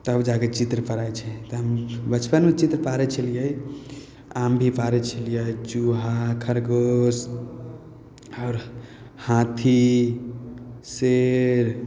तब जाकऽ चित्र पड़ाइ छै तऽ हम बचपनमे चित्र पाड़ै छलिए आम भी पाड़ै छलिए चूहा खरगोश आओर हाथी शेर